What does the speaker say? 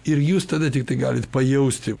ir jūs tada tiktai galit pajausti